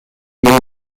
l’on